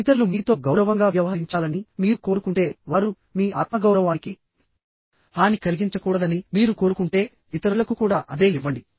ఇతరులు మీతో గౌరవంగా వ్యవహరించాలని మీరు కోరుకుంటే వారు మీ ఆత్మగౌరవానికి హాని కలిగించకూడదని మీరు కోరుకుంటే ఇతరులకు కూడా అదే ఇవ్వండి